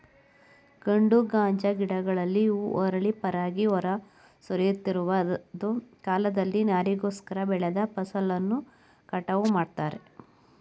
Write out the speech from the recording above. ಗಂಡು ಗಾಂಜಾ ಗಿಡಗಳಲ್ಲಿ ಹೂ ಅರಳಿ ಪರಾಗ ಹೊರ ಸುರಿಯುತ್ತಿರುವ ಕಾಲದಲ್ಲಿ ನಾರಿಗೋಸ್ಕರ ಬೆಳೆದ ಫಸಲನ್ನು ಕಟಾವು ಮಾಡ್ತಾರೆ